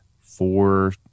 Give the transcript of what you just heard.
four